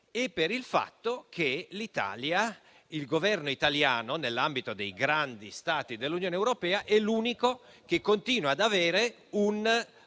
e per il fatto che il Governo italiano, nell'ambito dei grandi Stati dell'Unione europea, è l'unico che continua ad avere un